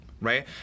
right